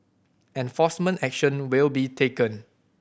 enforcement action will be taken